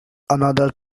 another